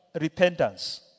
repentance